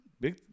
big